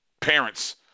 parents